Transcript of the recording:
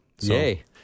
Yay